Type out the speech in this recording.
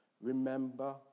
Remember